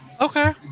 Okay